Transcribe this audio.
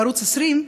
בערוץ 20,